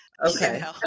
Okay